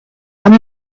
and